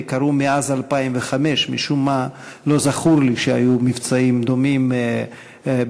קרו מאז 2005. משום מה לא זכור לי שהיו מבצעים דומים בעזה,